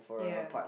ya